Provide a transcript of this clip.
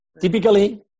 Typically